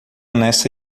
nessa